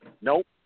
Nope